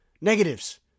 Negatives